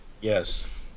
Yes